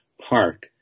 park